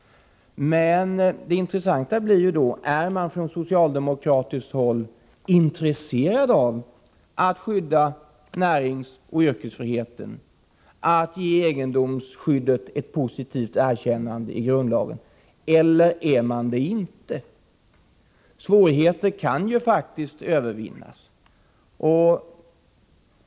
Det intressanta blir då: Är man från socialdemokratiskt håll intresserad av att skydda näringsoch yrkesfriheten, att ge egendomsskyddet ett positivt erkännande i grundlagen, eller är man det inte? Svårigheter kan ju övervinnas.